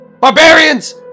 Barbarians